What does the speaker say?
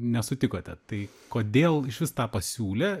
nesutikote tai kodėl išvis tą pasiūlė